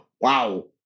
Wow